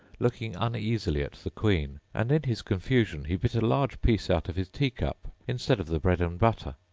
looking uneasily at the queen, and in his confusion he bit a large piece out of his teacup instead of the bread-and-butter.